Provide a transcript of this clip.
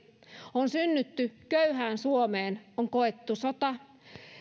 on synnytty köyhään suomeen on koettu sota